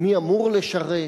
מי אמור לשרת,